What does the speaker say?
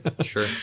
Sure